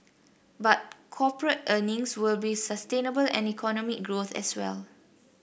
but corporate earnings will be sustainable and economic growth as well